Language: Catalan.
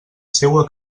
seua